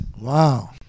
Wow